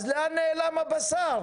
אז לאן נעלם הבשר?